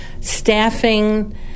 Staffing